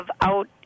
out